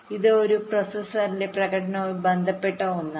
ഇത് ഒരു പ്രോസസറിന്റെ പ്രകടനവുമായി ബന്ധപ്പെട്ട ഒന്നാണ്